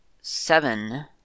seven